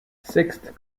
sixth